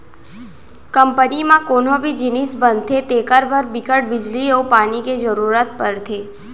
company म कोनो भी जिनिस बनथे तेखर बर बिकट बिजली अउ पानी के जरूरत परथे